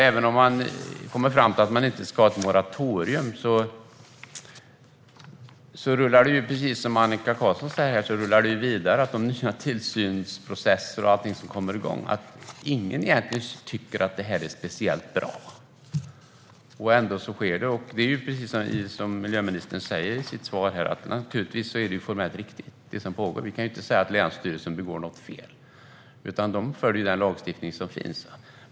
Även om man kommer fram till att man inte ska ha ett moratorium rullar det, precis som Annika Qarlsson säger, vidare. Det handlar om nya tillsynsprocesser och allting som kommer igång. Ingen tycker egentligen att det är speciellt bra. Ändå sker det. Precis som miljöministern säger i sitt svar är det som pågår naturligtvis formellt riktigt. Vi kan inte säga att länsstyrelserna begår något fel, utan de följer den lagstiftning som finns.